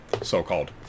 so-called